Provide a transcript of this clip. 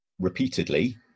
repeatedly